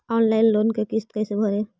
Online loan के किस्त कैसे भरे?